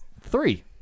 Three